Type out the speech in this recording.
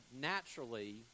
naturally